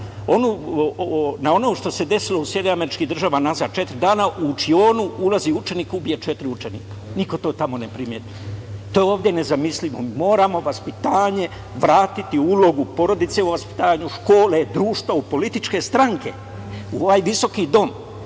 na ono što se desilo u SAD unazad četiri dana. U učionicu ulazi učenik i ubije četiri učenika. Niko to tamo ne primeti. To je ovde nezamislivo. Moramo vaspitanje vratiti ulogu porodice, u vaspitanje škole, društva, u političke stranke, u ovaj visoki dom,